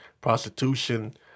prostitution